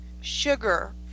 sugar